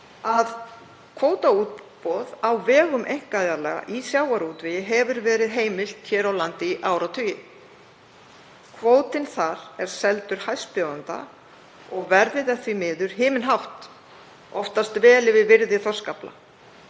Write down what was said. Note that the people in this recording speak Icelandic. að kvótaútboð á vegum einkaaðila í sjávarútvegi hefur verið heimilt hér á landi í áratugi. Kvótinn þar er seldur hæstbjóðanda og verðið er því miður himinhátt, oftast vel yfir virði þorskafla.